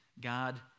God